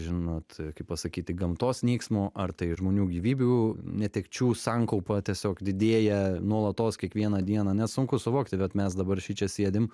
žinot kaip pasakyti gamtos nyksmo ar tai ir žmonių gyvybių netekčių sankaupa tiesiog didėja nuolatos kiekvieną dieną nesunku suvokti bet mes dabar šičia sėdim